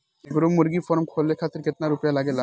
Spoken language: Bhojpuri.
एगो मुर्गी फाम खोले खातिर केतना रुपया लागेला?